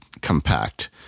compact